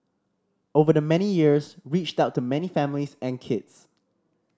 over the many years reached out to many families and kids